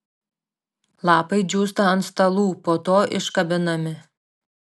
lapai džiūsta ant stalų po to iškabinami